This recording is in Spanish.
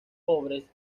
pobres